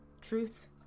Truth